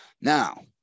Now